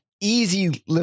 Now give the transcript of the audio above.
easy